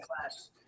class